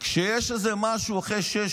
כשיש איזה משהו אחרי שש,